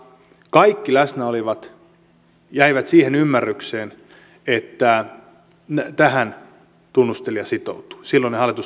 kaikki läsnä olevat jäivät siihen ymmärrykseen että tähän silloinen hallitustunnustelija sitoutui